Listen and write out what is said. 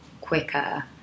quicker